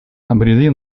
обрели